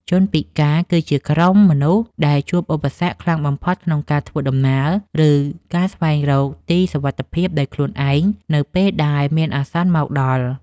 ជនពិការ គឺជាក្រុមមនុស្សដែលជួបឧបសគ្គខ្លាំងបំផុតក្នុងការធ្វើដំណើរ ឬការស្វែងរកទីសុវត្ថិភាពដោយខ្លួនឯងនៅពេលដែលមានអាសន្នមកដល់។